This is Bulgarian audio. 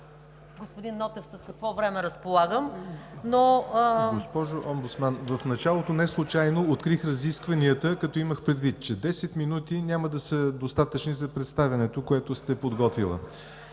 господин Нотев с какво време разполагам, но… ПРЕДСЕДАТЕЛ ЯВОР НОТЕВ: Госпожо Омбудсман, в началото неслучайно открих разискванията, като имах предвид, че десет минути няма да са достатъчни за представянето, което сте подготвила.